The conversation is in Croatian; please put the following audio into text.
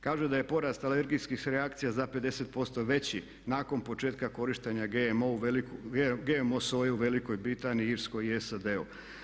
Kažu da je porast alergijskih reakcija za 50% veći nakon početka korištenja GMO soje u Velikoj Britaniji, Irskoj i SAD-u.